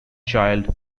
child